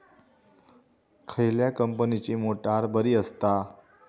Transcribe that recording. खयल्या कंपनीची मोटार बरी असता?